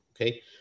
okay